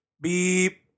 beep